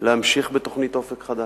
להמשיך בתוכנית "אופק חדש".